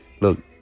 Look